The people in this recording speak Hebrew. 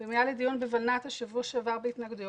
היה לי דיון בולנת"ע בשבוע שעבר בהתנגדויות.